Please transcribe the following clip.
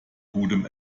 gutem